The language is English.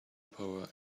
power